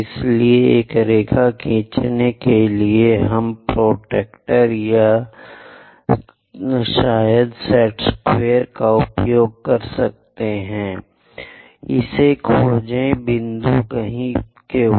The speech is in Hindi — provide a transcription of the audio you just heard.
इसलिए एक रेखा खींचने के लिए हमारे प्रोट्रैक्टर या शायद सेट स्क्वायर का उपयोग करें इसे खोजें बिंदु कहीं Q